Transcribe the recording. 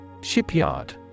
Shipyard